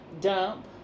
dump